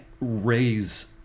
raise